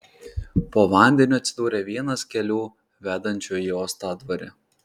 po vandeniu atsidūrė vienas kelių vedančių į uostadvarį